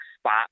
spot